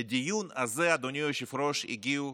לדיון הזה, אדוני היושב-ראש, הגיעו